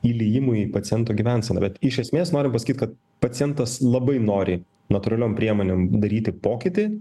įliejimui į paciento gyvenseną bet iš esmės norim pasakyti kad pacientas labai nori natūraliom priemonėm daryti pokytį